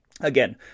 Again